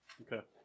Okay